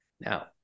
Now